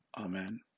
Amen